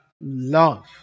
love